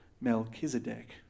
Melchizedek